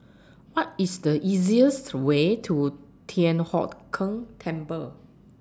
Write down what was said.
What IS The easiest Way to Thian Hock Keng Temple